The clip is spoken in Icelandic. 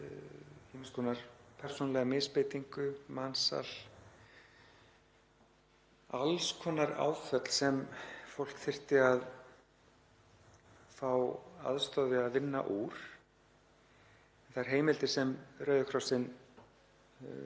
ýmiss konar persónulega misbeitingu, mansal og alls konar áföll sem fólk þyrfti að fá aðstoð við að vinna úr. Þær heimildir sem Rauði krossinn